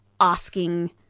asking